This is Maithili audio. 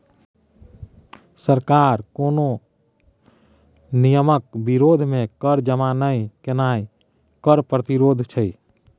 सरकार कोनो नियमक विरोध मे कर जमा नहि केनाय कर प्रतिरोध छै